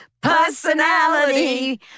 personality